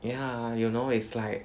ya you know it's like